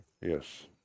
Yes